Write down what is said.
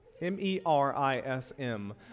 m-e-r-i-s-m